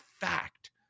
fact